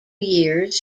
years